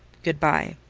good bye.